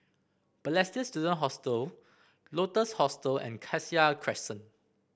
Balestier Student Hostel Lotus Hostel and Cassia Crescent